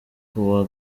kuwa